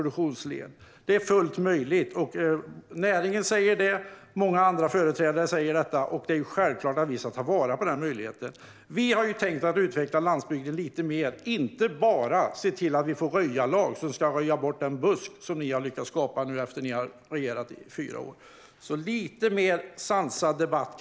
Detta är fullt möjligt enligt näringen och många andra, och då är det självklart att vi ska ta vara på den möjligheten. Vi har tänkt utveckla landsbygden lite mer än att bara ordna röjarlag som ska röja bort den busk som vuxit upp under era fyra år. Låt oss ha en lite mer sansad debatt.